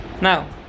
now